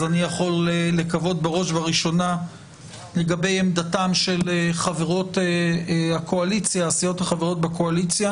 ואני יכול לקוות בראש ובראשונה לגבי עמדתם של הסיעות החברות בקואליציה